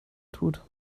tut